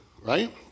right